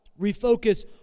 Refocus